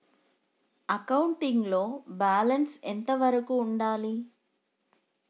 Accounting లో balance ఎంత వరకు ఉండాలి?